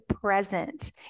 present